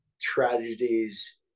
tragedies